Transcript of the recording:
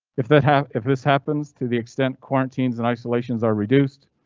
if they have. if this happens to the extent quarantines and isolations are reduced,